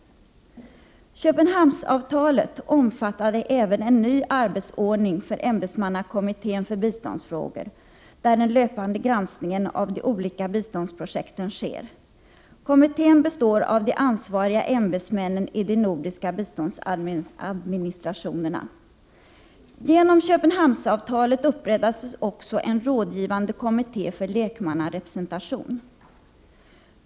Köpenhamnsavtalet omfattade även en ny arbetsordning för ämbetsmannakommittén för biståndsfrågor, där den löpande granskningen av de olika biståndsprojekten sker. Kommittén består av de ansvariga ämbetsmännen i de nordiska biståndsadministrationerna. Genom Köpenhamnsavtalet upprättades också en rådgivande kommitté för lekmannarepresentation.